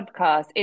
Podcast